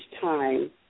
time